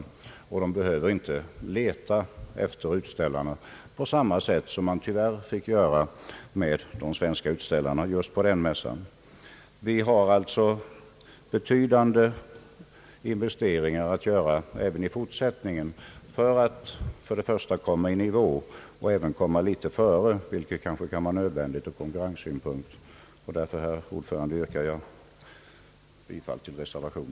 Dessa behövde inte leta efter utställarna på samma sätt som de tyvärr måste göra med de svenska utställarna på den mässan. Vi har alltså betydande investeringar att göra även i fortsättningen för att komma i nivå med andra och även litet före, vilket ur konkurrenssynpunkt kan vara nödvändigt.